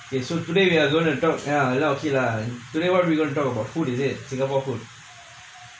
okay so today we are going to talk okay lah today what we gonna talk about food is it singapore food